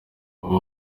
power